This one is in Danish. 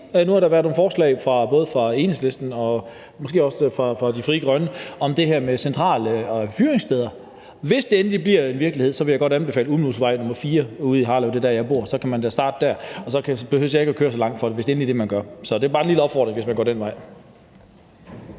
nu har været nogle forslag fra både Enhedslisten og måske også fra Frie Grønne om det her med centrale affyringssteder, at hvis det endelig bliver til virkelighed, vil jeg gerne anbefale Ulmusvej nr. 4 ude i Harlev. For det er der, hvor jeg bor, og så kan man da starte dér, og så behøver jeg ikke at køre så langt for det, hvis det er det, man gør. Så det var bare en lille opfordring, hvis man går den vej.